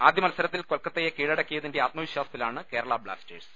ആദ്യമത്സരത്തിൽ കൊൽക്കത്തയെ കീഴടക്കിയതിന്റെ ആത്മവി ശ്വാസത്തിലാണ് കേരള ബ്ലാസ്റ്റേഴ്സ്